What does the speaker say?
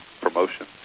promotion